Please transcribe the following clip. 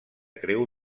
creu